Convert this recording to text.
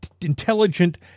intelligent